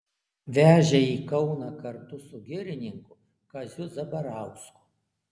vežė į kauną kartu su girininku kaziu zabarausku